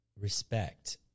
respect